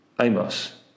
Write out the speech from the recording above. Amos